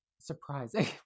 surprising